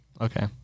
Okay